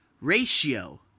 ratio